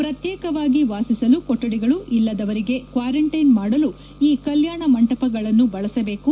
ಪ್ರತ್ಯೇಕವಾಗಿ ವಾಸಿಸಲು ಕೊಠಡಿಗಳು ಇಲ್ಲದವರಿಗೆ ಕ್ಷಾರಂಟೈನ್ ಮಾಡಲು ಈ ಕಲ್ಲಾಣ ಮಂಟಪಗಳನ್ನು ಬಳಸಬೇಕು